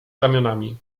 ramionami